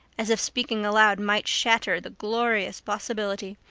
as if speaking aloud might shatter the glorious possibility.